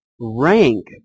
rank